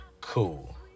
Cool